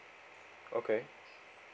okay